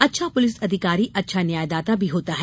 अच्छा पुलिस अधिकारी अच्छा न्यायदाता भी होता है